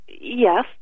Yes